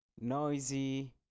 noisy